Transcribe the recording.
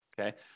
okay